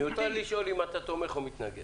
מיותר לשאול אם אתה תומך או מתנגד.